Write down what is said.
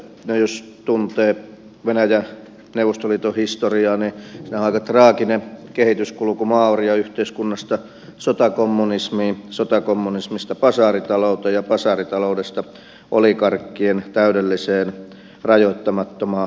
no jos tuntee venäjä neuvostoliiton historiaa niin on aika traaginen kehityskulku maaorjayhteiskunnasta sotakommunismiin sotakommunismista basaaritalouteen ja basaaritaloudesta oligarkkien täydelliseen rajoittamattomaan kapitalismiin